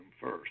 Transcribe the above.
first